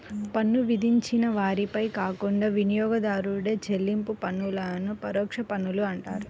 పన్ను విధించిన వారిపై కాకుండా వినియోగదారుడే చెల్లించే పన్నులను పరోక్ష పన్నులు అంటారు